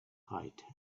height